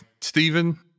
Stephen